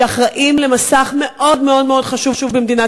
שאחראים למסך מאוד מאוד מאוד חשוב במדינת